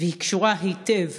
/ והיא קשורה היטב